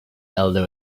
elder